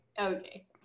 Okay